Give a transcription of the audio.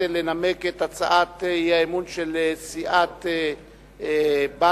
לנמק את הצעת האי-אמון של סיעות בל"ד,